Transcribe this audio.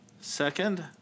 Second